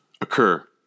occur